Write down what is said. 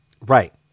Right